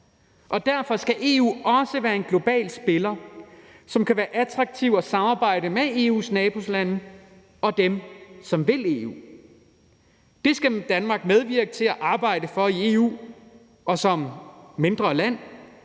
Derfor skal EU også være en global spiller, som kan være attraktiv at samarbejde med for EU's nabolande og dem, som vil EU. Det skal Danmark medvirke til og arbejde for i EU, og som et mindre land